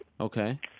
Okay